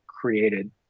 created